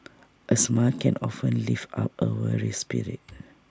A smile can often lift up A weary spirit